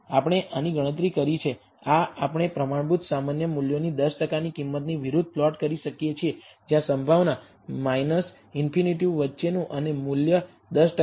આપણે આની ગણતરી કરી છે આ આપણે પ્રમાણભૂત સામાન્ય મૂલ્યોની 10 ટકાની કિંમતની વિરુદ્ધ પ્લોટ કરી શકીએ છીએ જ્યાં સંભાવના ∞ વચ્ચેનું અને મૂલ્ય 10 ટકા છે